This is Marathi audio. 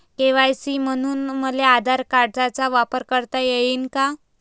के.वाय.सी म्हनून मले आधार कार्डाचा वापर करता येईन का?